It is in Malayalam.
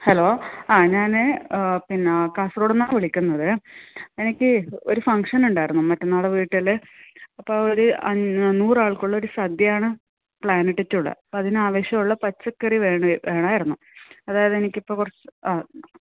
ഹലോ ആ ഞാൻ പിന്നെ കാസർഗോഡിൽ നിന്നാണ് വിളിക്കുന്നത് എനിക്ക് ഒരു ഫംഗ്ഷൻ ഉണ്ടായിരുന്നു മറ്റന്നാൾ വീട്ടിൽ അപ്പോൾ ഒരു അൻ നൂറാൾക്കുള്ള സദ്യയാണ് പ്ലാൻ ഇട്ടിട്ടുള്ളത് അപ്പം അതിനാവശ്യാമുമുള്ള പച്ചക്കറി വേണം വേണമായിരുന്നു അതായത് എനിക്ക് ഇപ്പോൾ കുറച്ച് ആ